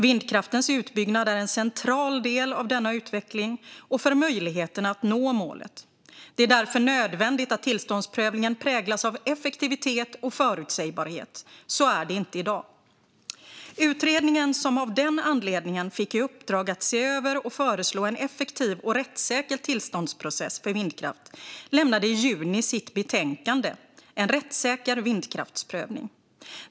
Vindkraftens utbyggnad är en central del av denna utveckling och för möjligheterna att nå målet. Det är därför nödvändigt att tillståndsprövningen präglas av effektivitet och förutsägbarhet. Så är det inte i dag. Utredningen, som av den anledningen fick i uppdrag att se över och föreslå en effektiv och rättssäker tillståndsprocess för vindkraft, lämnade i juni sitt betänkande, En rättssäker vindkraftsprövning .